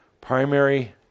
primary